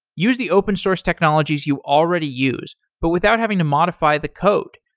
use the open source technologies you already use, but without having to modify the code,